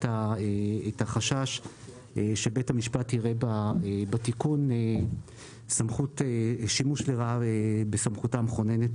החשש שבית המשפט יראה בתיקון שימוש לרעה בסמכותה המכוננת